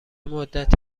مدت